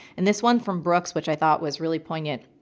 and this one from brooks, which i thought was really poignant,